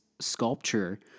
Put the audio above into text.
sculpture